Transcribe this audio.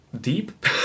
deep